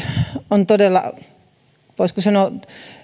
on todella voisiko sanoa